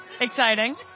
Exciting